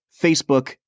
Facebook